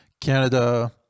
Canada